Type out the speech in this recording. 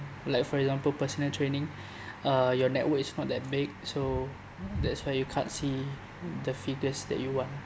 like for example personal training uh your network is not that big so that's why you can't see the figures that you want